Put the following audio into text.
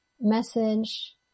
message